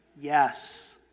Yes